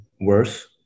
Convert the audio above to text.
worse